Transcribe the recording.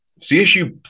CSU